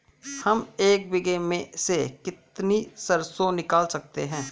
हम एक बीघे में से कितनी सरसों निकाल सकते हैं?